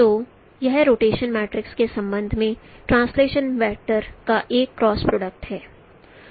तो यह rotation matrix के संबंध में ट्रांसलेटशन वेक्टर का एक क्रॉस प्रोडक्ट है